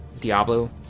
diablo